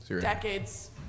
decades